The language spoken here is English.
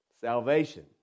Salvation